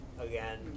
again